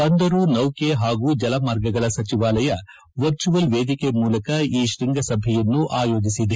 ಬಂದರು ನೌಕೆ ಹಾಗೂ ಜಲಮಾರ್ಗಗಳ ಸಚಿವಾಲಯ ವರ್ಚುವಲ್ ವೇದಿಕೆ ಮೂಲಕ ಈ ಶ್ವಂಗಸಭೆಯನ್ನು ಆಯೋಜಿಸಿದೆ